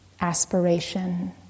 aspiration